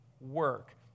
work